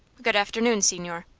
good afternoon, signore.